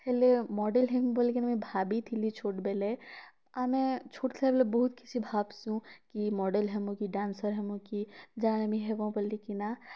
ହେଲେ ମଡ଼େଲ୍ ହେମି ବୋଲିକି ମୁଇଁ ଭାବିଥିଲି ଛୋଟ୍ ବେଲେ ଆମେ ଛୋଟ୍ ଥିଲା ବେଲେ ବହୁତ୍ କିଛି ଭାବସୁଁ କି ମଡ଼େଲ୍ ହେମୁ କି ଡାନ୍ସର୍ ହେମୁ କି ଜାଣା ବି ହେମୁ ବୋଲିକିନା